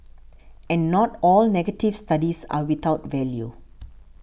and not all negative studies are without value